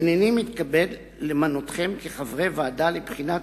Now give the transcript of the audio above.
"הנני מתכבד למנותכם כחברי ועדה לבחינת